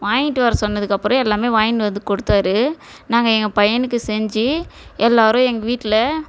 வாங்கிட்டு வர சொன்னதுக்கு அப்புறம் எல்லாமே வாங்கிட்டு வந்து கொடுத்தாரு நாங்கள் எங்கள் பையனுக்கு செஞ்சு எல்லாேரும் எங்கள் வீட்டில்